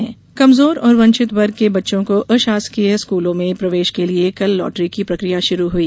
school प्रवेश lottery कमजोर और वंचित वर्ग के बच्चों को अशासकीय स्कूलों में प्रवेश के लिये कल लॉटरी की प्रक्रिया शुरू हुई